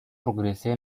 progrese